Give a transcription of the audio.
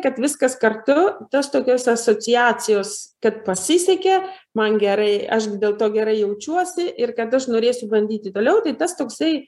kad viskas kartu tas tokios asociacijos kad pasisekė man gerai aš dėl to gerai jaučiuosi ir kad aš norėsiu bandyti toliau tai tas toksai